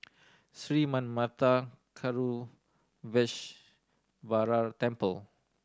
Sri Manmatha Karuneshvarar Temple